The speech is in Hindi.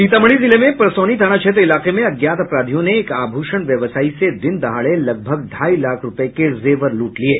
सीतामढ़ी जिले में परसौनी थाना क्षेत्र इलाके में अज्ञात अपराधियों ने एक आभूषण व्यवसायी से दिन दहाड़े लगभग ढाई लाख रूपये के जेवर लूट लिये